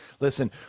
listen